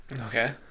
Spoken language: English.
Okay